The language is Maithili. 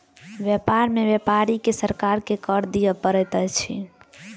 व्यापार में व्यापारी के सरकार के कर दिअ पड़ैत अछि